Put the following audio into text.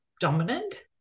dominant